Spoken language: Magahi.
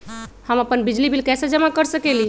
हम अपन बिजली बिल कैसे जमा कर सकेली?